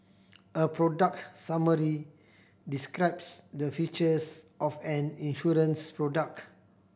a product summary describes the features of an insurance product